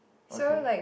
okay